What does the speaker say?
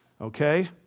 Okay